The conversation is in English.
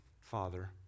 Father